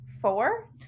Four